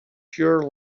pure